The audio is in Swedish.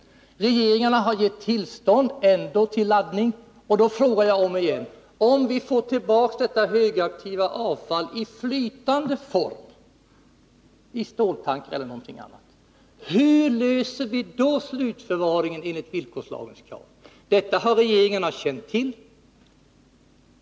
Regeringarna har ändå gett tillstånd till laddning. Därför frågar jag om igen: Om vi får tillbaka detta högaktiva avfall i flytande form — i ståltankar eller i någonting annat — hur löser vi då slutförvaringsproblemet enligt villkorslagens krav? Detta har regeringarna känt till.